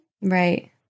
Right